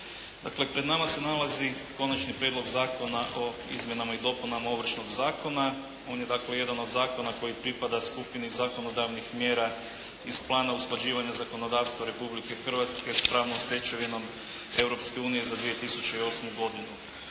Dakle, pred nama se nalazi Konačni prijedlog zakona o izmjenama i dopunama Ovršnog zakona. On je, dakle jedan od zakona koji pripada skupini zakonodavnih mjera iz plana usklađivanja zakonodavstva Republike Hrvatske s pravnom stečevinom Europske unije za 2008. godinu.